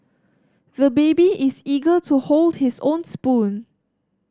the baby is eager to hold his own spoon